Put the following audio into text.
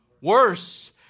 worse